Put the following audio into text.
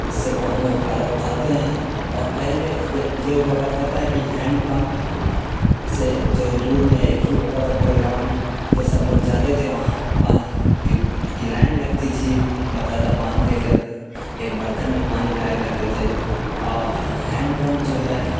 اس سے بہت لوگ فائدہ اٹھاتے ہیں اور پہلے یہ ہوا کرتا تھا کہ ہینڈ پمپ سے جو دور میں ایک ہی ہوتا تھا پورے گاؤں میں تو سب لوگ جاتے تھے وہاں پانی کی کی لائن لگتی تھی باقاعدہ پانی لے کر ایک برتن میں پانی لایا کرتے تھے اور ہینڈ پمپ جو ہے